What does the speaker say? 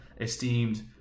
esteemed